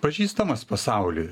pažįstamas pasauliui